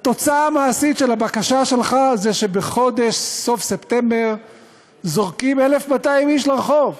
התוצאה המעשית של הבקשה שלך זה שבסוף ספטמבר זורקים 1,200 איש לרחוב,